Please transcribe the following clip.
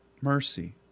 mercy